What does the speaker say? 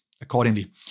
accordingly